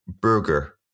burger